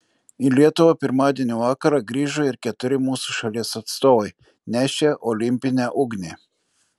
į lietuvą pirmadienio vakarą grįžo ir keturi mūsų šalies atstovai nešę olimpinę ugnį